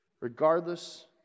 regardless